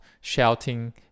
shouting